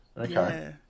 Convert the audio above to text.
Okay